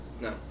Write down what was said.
No